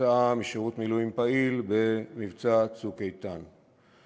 כתוצאה משירות מילואים פעיל במבצע "צוק איתן".